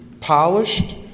polished